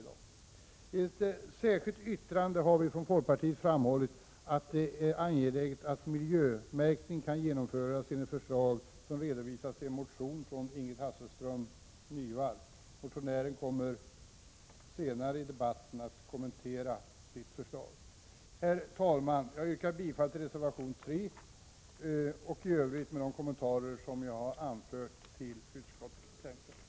I ett särskilt yttrande har folkpartiet framhållit att det är angeläget att miljömärkning kan genomföras enligt förslag som redovisas i motion från Ingrid Hasselström Nyvall. Motionären kommer senare i debatten att kommentera sitt förslag. Herr talman! Jag yrkar bifall till reservation 3 och i övrigt, med de kommentarer jag har anfört, till utskottets hemställan.